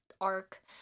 arc